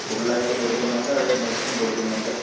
ഫുള്ളായിട്ടും കൊടുക്കുന്നുണ്ട് അത് മുറിച്ചും കൊടുക്കുന്നുണ്ട്